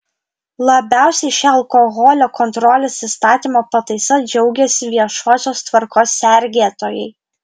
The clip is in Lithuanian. labiausiai šia alkoholio kontrolės įstatymo pataisa džiaugiasi viešosios tvarkos sergėtojai